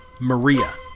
Maria